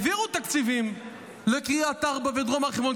העבירו תקציבים לקריית ארבע ודרום הר חברון,